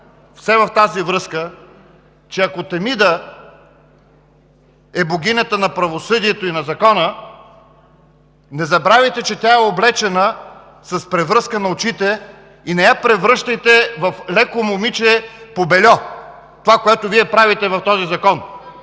все в тази връзка, че ако Темида е богинята на правосъдието и на закона, не забравяйте, че тя е облечена, с превръзка на очите и не я превръщайте в леко момиче по бельо! Това, което Вие правите в този закон.